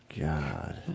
God